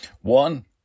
One